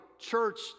church